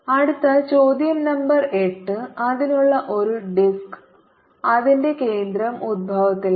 അടുത്ത ചോദ്യo നമ്പർ 8 അതിനുള്ള ഒരു ഡിസ്ക് അതിന്റെ കേന്ദ്രം ഉത്ഭവത്തിലാണ്